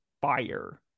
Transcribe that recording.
fire